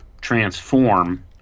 transform